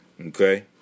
Okay